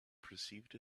perceived